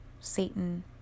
Satan